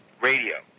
radio